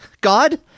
God